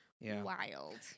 wild